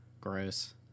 Gross